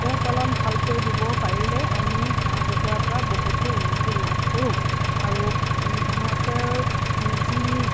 পোহপালন ভালকৈ দিব পাৰিলে আমি হাঁহ কুকুৰাৰ পৰা বহুতো উন্নতি লাভ কৰোঁ আৰু সিহঁতৰ যি